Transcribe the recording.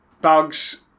bugs